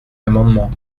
amendement